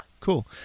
cool